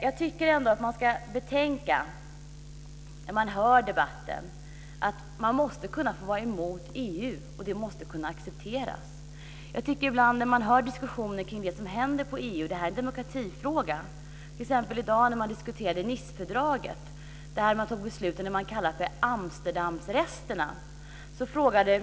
Jag tycker ändå att man ska betänka att man måste kunna vara emot EU. Det måste kunna accepteras. Man hör diskussioner om vad som händer i EU och om vad som är demokratifrågor. I dag diskuterade man Nicefördraget. Man fattade beslut om det som man kallade för Amsterdamsresterna.